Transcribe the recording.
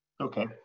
Okay